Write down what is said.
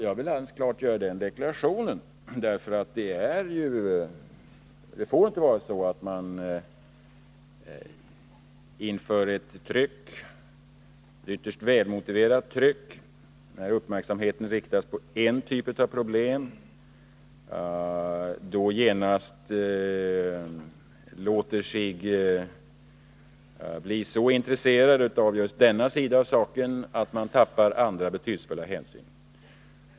Jag vill klart göra den deklarationen, därför att man får inte, inför ett ytterst välmotiverat tryck när uppmärksamheten riktas mot en typ av problem, genast låta sig bli så intresserad av just denna sida av saken att man tappar andra betydelsefulla hänsyn.